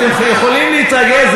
אתם יכולים להתרגז,